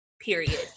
period